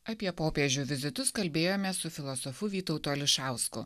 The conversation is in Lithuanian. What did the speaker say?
apie popiežių vizitus kalbėjomės su filosofu vytautu ališausku